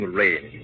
rain